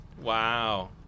Wow